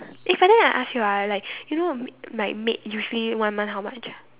eh but then I ask you ah like you know a m~ my maid usually one month how much ah